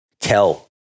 tell